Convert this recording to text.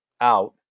out